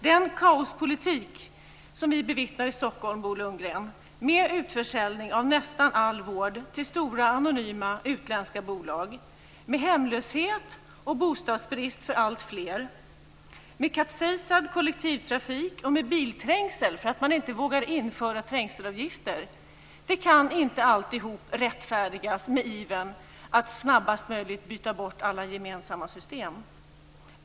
Den kaospolitik som vi bevittnar i Stockholm, Bo Lundgren, med utförsäljning av nästan all vård till stora, anonyma utländska bolag, med hemlöshet och bostadsbrist för alltfler, med kapsejsad kollektivtrafik och bilträngsel därför att man inte vågar införa trängselavgifter, kan inte rättfärdigas med ivern att snabbast möjligt byta bort alla gemensamma system.